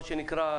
מה שנקרא,